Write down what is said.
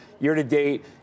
year-to-date